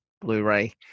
blu-ray